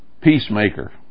Peacemaker